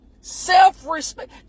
self-respect